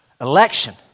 Election